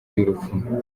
y’urupfu